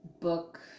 book